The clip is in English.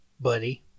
buddy